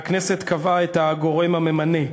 והכנסת קבעה את הגורם הממנה.